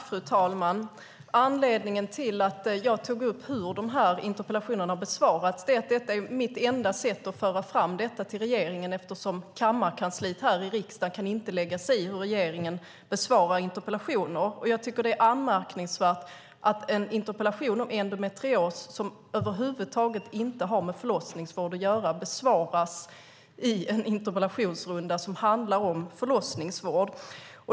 Fru talman! Anledningen till att jag tog upp hur de här interpellationerna har besvarats är att det är mitt enda sätt att föra fram detta till regeringen, eftersom kammarkansliet här i riksdagen inte kan lägga sig i hur regeringen besvarar interpellationer. Jag tycker att det är anmärkningsvärt att en interpellation om endometrios, som över huvud taget inte har med förlossningsvård att göra, besvaras i en interpellationsrunda som handlar om förlossningsvård.